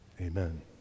Amen